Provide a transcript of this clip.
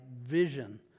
vision